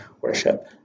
worship